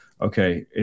Okay